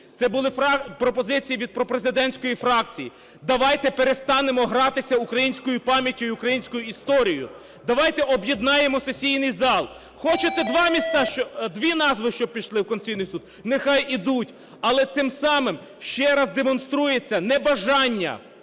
це були пропозиції від пропрезидентської фракції. Давайте перестанемо гратися українською пам'яттю і українською історією. Давайте об'єднаємо сесійний зал. Хочете два міста… дві назви щоб пішли в Конституційний Суд? Нехай ідуть. Але цим самим ще раз демонструється небажання